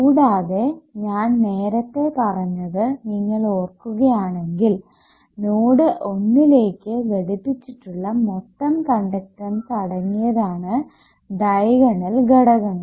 കൂടാതെ ഞാൻ നേരത്തെ പറഞ്ഞത് നിങ്ങൾ ഓർക്കുകയാണെങ്കിൽ നോഡ് ഒന്നിലേക്ക് ഘടിപ്പിച്ചിട്ടുള്ള മൊത്തം കണ്ടക്ടൻസ് അടങ്ങിയതാണ് ഡയഗണൽ ഘടകങ്ങൾ